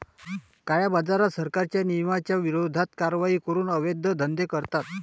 काळ्याबाजारात, सरकारच्या नियमांच्या विरोधात कारवाई करून अवैध धंदे करतात